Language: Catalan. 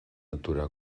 aturar